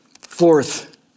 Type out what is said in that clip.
Fourth